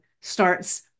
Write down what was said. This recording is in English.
starts